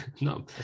No